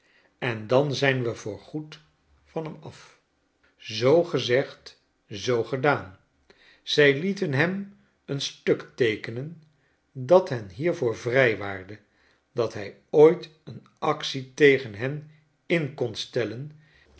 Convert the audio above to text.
en dan zijn we voorgoed van hemaf zoo gezegd zoo gedaan zij lieten hem een stuk teekenen dat hen hiervoor vrijwaarde dat hij ooit een actie tegen hen in kon stellen